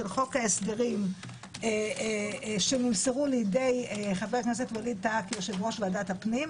של חוק ההסדרים שנמסרו לידי חבר הכנסת ווליד טאהא כיושב-ראש ועדת הפנים,